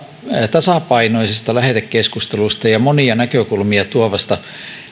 tasapainoisesta lähetekeskustelusta ja ja monia näkökulmia tuovasta